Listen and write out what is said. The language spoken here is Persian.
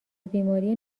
بیماری